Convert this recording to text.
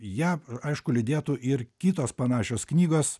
ją aišku lydėtų ir kitos panašios knygos